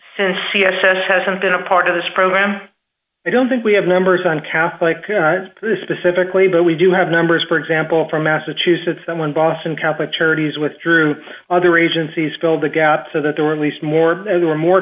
since c s s hasn't been a part of this program i don't think we have numbers on catholic specifically but we do have numbers for example from massachusetts some one boston catholic charities withdrew other agencies filled the gap so that there were at least more and more